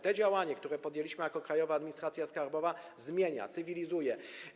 To działanie, które podjęliśmy jako Krajowa Administracja Skarbowa, zmienia to i cywilizuje.